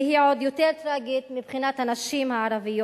והיא עוד יותר טרגית מבחינת הנשים הערביות